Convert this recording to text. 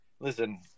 listen